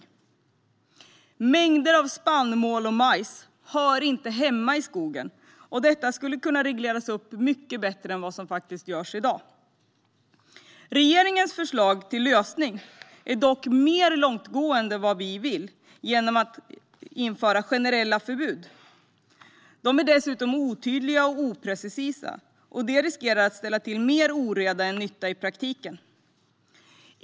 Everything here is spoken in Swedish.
Till exempel hör mängder av spannmål och majs inte hemma i skogen, och detta skulle kunna regleras mycket bättre än det görs i dag. Regeringens förslag till lösning är dock mer långtgående än vad vi vill. Man vill införa generella förbud. De är dessutom otydliga och oprecisa, vilket riskerar att ställa till med oreda och göra mer skada än nytta i praktiken.